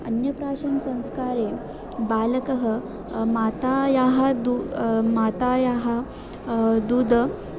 अन्यप्राशनसंस्कारे बालकः मातायाः दू मातायाः दूद